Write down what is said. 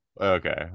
okay